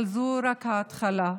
אבל זו רק ההתחלה.